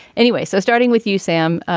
anyway. so starting with you sam.